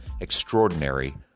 extraordinary